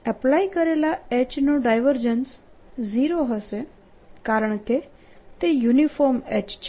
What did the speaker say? apply કરેલા H નું divergence 0 હશે કારણકે તે યુનિફોર્મ H છે